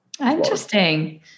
Interesting